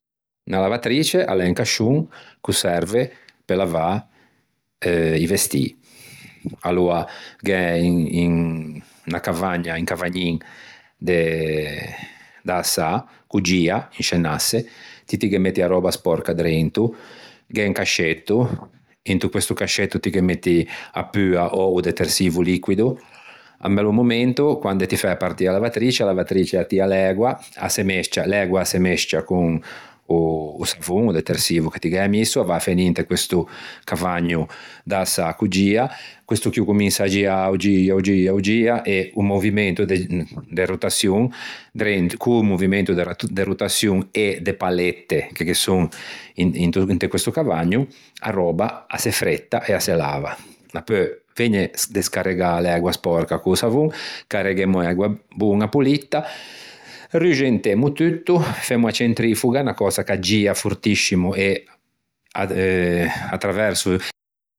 Unna lavatrice o l'é un cascion ch'o serve pe lavâ i vestî. Aloa gh'é unna cavagna, un cavagnin de äsâ ch'o gia in sce un asse. Ti ti ghe metti a röba spòrca drento, gh'é un cascetto, inte questo cascetto ti ghe metti a pua ò o detersivo liquido. À un bello momento quande ti fæ partî a lavatrice a lavatrice a tia l'ægua, a se mesccia l'ægua a se mesccia co-o savon o detersivo che ti gh'æ misso a va à finî inte questo cavagno d'äsâ ch'o gia, questo chì o cominsa à giâ, o gia, o gia, o gia e o movimento de rotaçion drento ch'o movimento de rotaçion e de palette che ghe son into inte questo cavagno a röba a se fretta e a se lava. Dapeu vëgne descarregâ l'ægua spòrca co-o savon, carreghemmo ægua boña politta. Ruxentemmo tutto, femmo a centrifuga, unna cösa ch'a gia fortiscimo e à traverso.